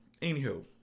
anywho